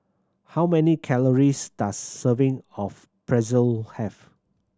how many calories does serving of Pretzel have